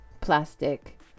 plastic